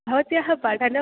भवत्याः पठनं